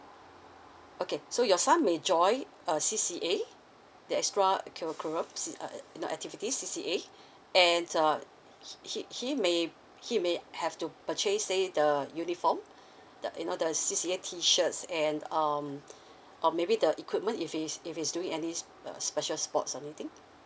okay so your son may join uh C_C_A the extra curriculums C uh the activities C_C_A and uh he he may he may have to purchase say the uniform the you know the C_C_A T shirts and um or maybe the equipment if he's if he's doing any uh special sport or anything